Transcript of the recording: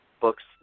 books